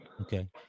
Okay